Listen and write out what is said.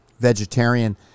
vegetarian